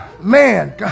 man